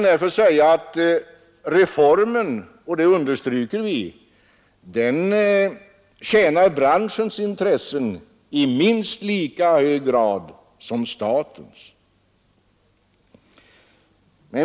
Utskottsmajoriteten understryker att reformen tjänar branschens intressen i minst lika hög grad som statens.